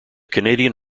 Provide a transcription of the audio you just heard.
canadian